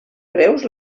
greus